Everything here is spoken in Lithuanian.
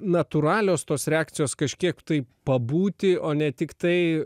natūralios tos reakcijos kažkiek taip pabūti o ne tiktai